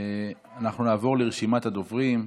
אנחנו נעבור לרשימת הדוברים.